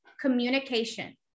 Communication